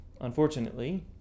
Unfortunately